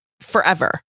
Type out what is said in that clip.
forever